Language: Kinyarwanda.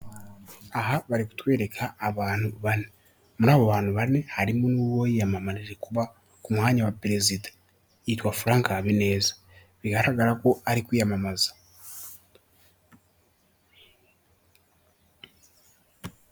Aha bari kutwereka abantu. Muri abo bantu bane harimo n'uwiyamamariza kuba ku mwanya wa Perezida yitwa Frank HABINEZA. Bigaragara ko ari kwiyamamaza.